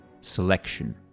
selection